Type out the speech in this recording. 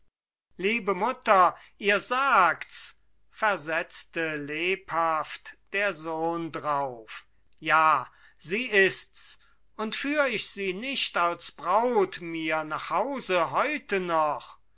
liebe mutter ihr sagt's versetzte lebhaft der sohn drauf ja sie ist's und führ ich sie nicht als braut mir nach hause heute noch